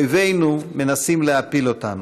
אויבינו מנסים להפיל אותנו.